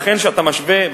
לכן כשאתה משווה,